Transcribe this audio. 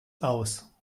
aus